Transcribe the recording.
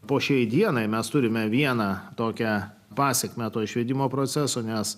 po šiai dienai mes turime vieną tokią pasak meto išvedimo proceso nes